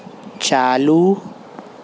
چالو